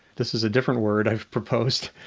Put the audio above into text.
this is a different word i've proposed.